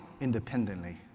independently